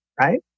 right